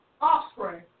offspring